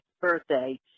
birthday